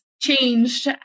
changed